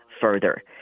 further